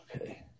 okay